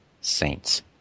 saints